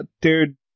Dude